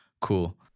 Cool